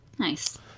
nice